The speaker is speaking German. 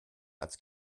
als